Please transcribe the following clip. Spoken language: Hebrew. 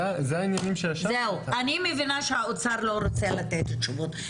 זהו, אני מבינה שהאוצר לא רוצה לתת תשובות.